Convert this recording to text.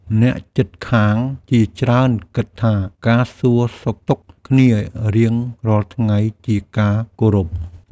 អ្នកជិតខាងជាច្រើនគិតថាការសួរសុខទុក្ខគ្នារៀងរាល់ថ្ងៃជាការគោរព។